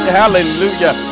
hallelujah